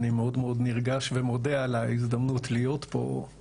אני מאוד נרגש ומודה על ההזדמנות להיות פה,